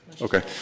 Okay